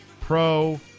pro